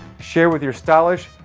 share with your stylish,